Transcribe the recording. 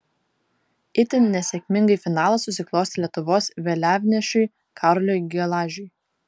itin nesėkmingai finalas susiklostė lietuvos vėliavnešiui karoliui gelažiui